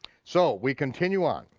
so we continue on.